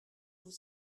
vous